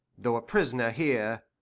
though a prisoner here,